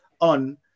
on